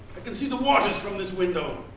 but can see the waters from this window.